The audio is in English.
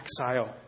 exile